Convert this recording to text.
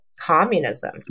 communism